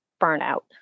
burnout